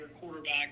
quarterback